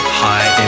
high